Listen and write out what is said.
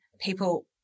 people